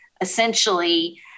essentially